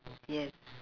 yes